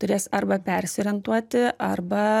turės arba persiorientuoti arba